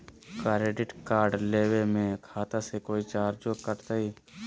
Credit card लेवे में खाता से कोई चार्जो कटतई?